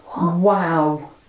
Wow